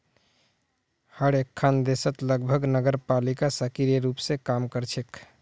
हर एकखन देशत लगभग नगरपालिका सक्रिय रूप स काम कर छेक